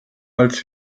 als